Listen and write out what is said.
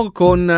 con